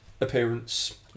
appearance